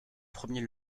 premier